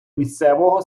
місцевого